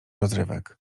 rozrywek